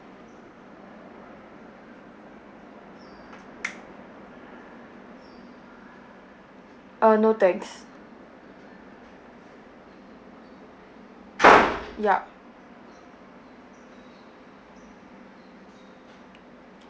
uh no thanks ya